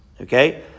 Okay